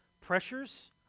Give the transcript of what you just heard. pressures